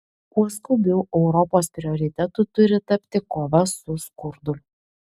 kuo skubiau europos prioritetu turi tapti kova su skurdu